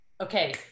okay